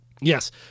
Yes